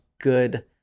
good